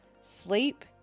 Sleep